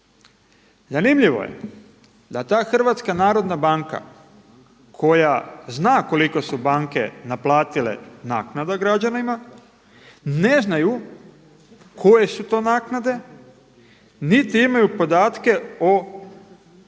Zanimljivo je da ta Hrvatska narodna banka koja zna koliko su banke naplatile naknada građanima ne znaju koje su to naknade, niti imaju podatke o